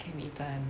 can be eaten